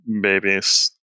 babies